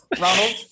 Ronald